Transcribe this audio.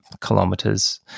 kilometers